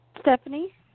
Stephanie